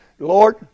Lord